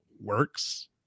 works